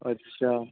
اچھا